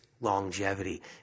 longevity